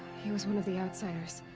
he was one of the outsiders.